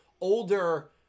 older